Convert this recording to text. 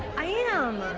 i am.